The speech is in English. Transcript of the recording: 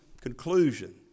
conclusion